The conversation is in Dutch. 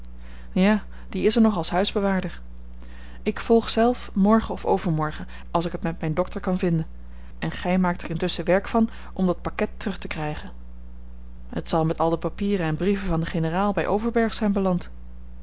ja die is er nog als huisbewaarder ik volg zelf morgen of overmorgen als ik het met mijn dokter kan vinden en gij maakt er intusschen werk van om dat pakket terug te krijgen het zal met al de papieren en brieven van den generaal bij overberg zijn beland